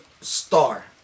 star